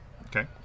Okay